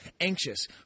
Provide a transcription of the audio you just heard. anxious